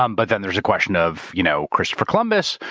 um but then there's a question of you know christopher columbus,